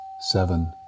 seven